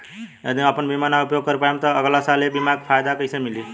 यदि हम आपन बीमा ना उपयोग कर पाएम त अगलासाल ए बीमा के फाइदा कइसे मिली?